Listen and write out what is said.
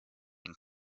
and